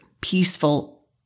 peaceful